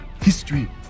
History